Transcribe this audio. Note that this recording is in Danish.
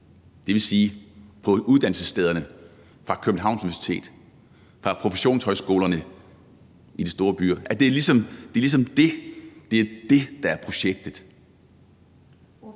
det vil sige fra uddannelsesstederne, Københavns Universitet og professionshøjskolerne i de store byer, så det er ligesom det, der er projektet.